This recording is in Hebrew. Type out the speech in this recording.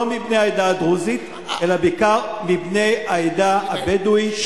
לא מבני העדה הדרוזית אלא בעיקר מבני העדה הבדואית,